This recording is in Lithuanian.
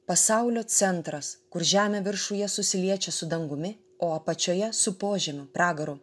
pasaulio centras kur žemė viršuje susiliečia su dangumi o apačioje su požemiu pragaru